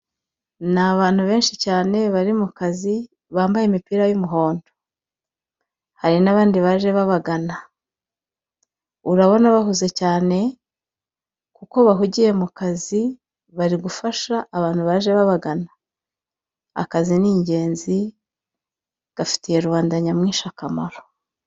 Ni abantu benshi cyane bari mu kazi, bambaye imipira y'unuhondo. Hari n'abandi baje babagana. Urabona bahuze cyane kuko bahugiye mu kazi, bari gufasha abantu baje babagana. Akazi ni ingenzi, gafitiye rubanda nyamwinshi akamaro.